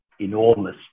enormous